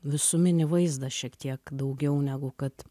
visuminį vaizdą šiek tiek daugiau negu kad